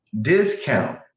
discount